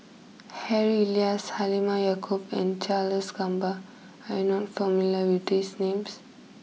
Harry Elias Halimah Yacob and Charles Gamba are you not familiar with these names